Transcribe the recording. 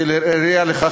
כראיה לכך,